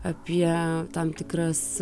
apie tam tikras